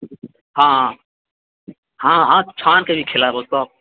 हाँ आ हाँ हाँ छानके भी खिलाएब आउ तऽ